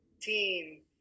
team